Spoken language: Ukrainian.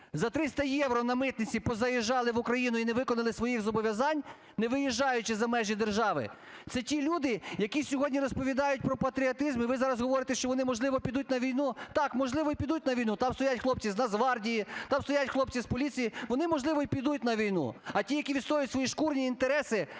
за 300 євро на митниці позаїжджали в Україну і не виконали своїх зобов'язань, не виїжджаючи за межі держави, це ті люди, які сьогодні розповідають про патріотизм і ви зараз говорите, що вони, можливо, підуть на війну. Так, можливо, і підуть на війну, там стоять хлопці з Нацгвардії, там стоять хлопці з поліції, вони, можливо, і підуть на війну. А ті, які відстоюють свої шкурні інтереси